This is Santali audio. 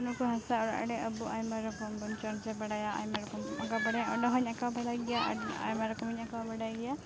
ᱚᱱᱟᱠᱚ ᱦᱟᱥᱟ ᱚᱲᱟᱜᱨᱮ ᱟᱵᱚ ᱟᱭᱢᱟ ᱨᱚᱠᱚᱢ ᱵᱚᱱ ᱪᱚᱨᱡᱟ ᱵᱟᱲᱟᱭᱟ ᱟᱭᱢᱟ ᱨᱚᱠᱚᱢ ᱟᱸᱠᱟᱣ ᱵᱟᱲᱟᱭᱟ ᱚᱱᱟᱦᱚᱸᱧ ᱟᱸᱠᱟᱣ ᱵᱟᱲᱟᱭ ᱜᱮᱭᱟ ᱟᱭᱢᱟ ᱨᱚᱠᱚᱢᱤ ᱵᱟᱰᱟᱭ ᱜᱮᱭᱟ ᱟᱨ